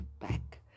back